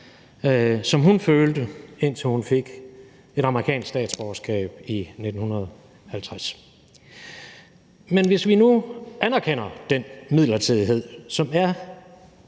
som hun følte, indtil hun fik et amerikansk statsborgerskab i 1950. Men hvis vi nu anerkender den midlertidighed, der er